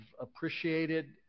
appreciated